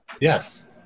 yes